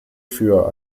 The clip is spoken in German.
für